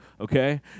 okay